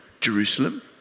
Jerusalem